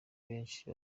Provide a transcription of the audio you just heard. benshi